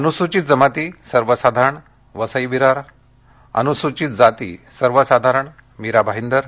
अनुसूचित जमाती सर्वसाधारण वसई विरार अनुसूचित जाती सर्वसाधारण मीरा भाईदर